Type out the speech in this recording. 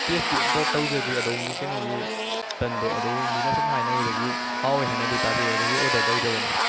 tasty ꯑꯝꯇꯥ ꯇꯧꯖꯗ꯭ꯔꯤ ꯑꯗꯣꯝꯒꯤ ꯀꯩꯅꯣꯒꯤ ꯇꯟꯗꯣ ꯑꯗꯨꯕꯨ ꯃꯤꯅ ꯑꯁꯨꯝ ꯍꯥꯏꯅꯕꯗꯒꯤ ꯍꯥꯎꯏ ꯍꯥꯏꯅꯗꯤ ꯇꯥꯖꯩ ꯑꯗꯨꯒꯤ ꯑꯣꯗꯔ ꯇꯧꯖꯕꯅꯤ